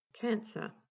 Cancer